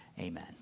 Amen